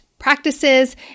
practices